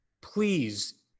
please